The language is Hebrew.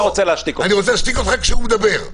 רוצה להשתיק אותך כשהוא מדבר.